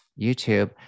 YouTube